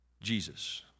Jesus